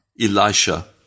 Elisha